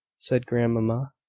said grandmamma.